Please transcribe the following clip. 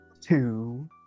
two